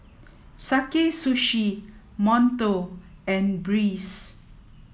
Sakae Sushi Monto and Breeze